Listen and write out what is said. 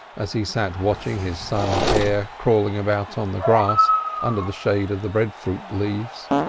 as he sat watching his son and heir crawling about on the grass under the shade of the breadfruit leaves.